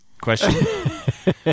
question